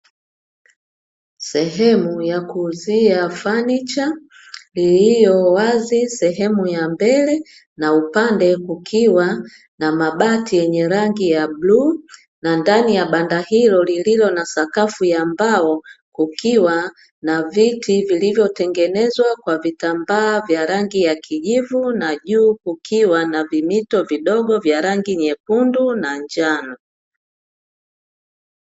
Sehemu ya kuuzia fanicha iliyo wazi sehemu ya mbele na upande kukiwa na mabati yenye rangi ya bluu na ndani ya banda hilo lililo na sakafu ya mbao, ukiwa na viti vilivyotengenezwa kwa vitambaa vya rangi ya kijivu na juu kukiwa na vimito vidogo vya rangi nyekundu na njano.